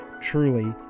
truly